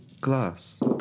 glass